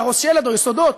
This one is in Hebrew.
להרוס שלד או יסודות.